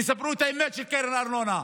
תספרו את האמת של קרן הארנונה.